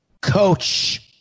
coach